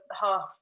half